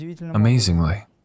Amazingly